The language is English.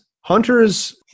hunter's